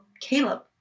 Caleb